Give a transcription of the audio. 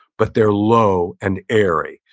but they're low and airy.